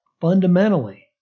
fundamentally